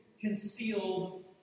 concealed